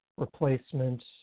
Replacement